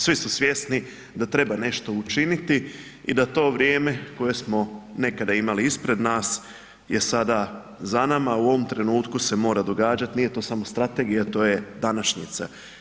Svi su svjesni da treba nešto učiniti i da to vrijeme koje smo nekada imali ispred nas je sada za nama, u ovom trenutku se mora događati, nije to samo strategija to je današnjica.